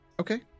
okay